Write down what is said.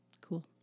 Cool